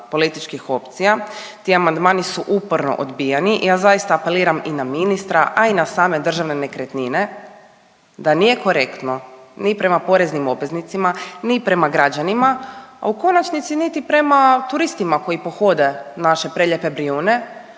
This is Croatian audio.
političkih opcija. Ti amandmani su uporno odbijani. Ja zaista apeliram i na ministra, a i na same Državne nekretnine da nije korektno ni prema poreznim obveznicima, ni prema građanima, a u konačnici niti prema turistima koji pohode naše prelijepe Brijune